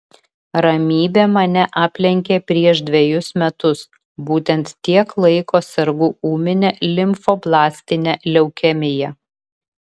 ramybė mane aplenkė prieš dvejus metus būtent tiek laiko sergu ūmine limfoblastine leukemija